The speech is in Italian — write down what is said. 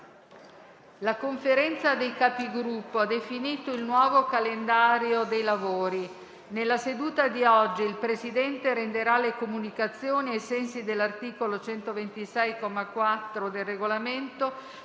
La Conferenza dei Capigruppo ha definito il nuovo calendario dei lavori. Nella seduta di oggi il Presidente renderà le comunicazioni, ai sensi dell'articolo 126, comma 4, del Regolamento,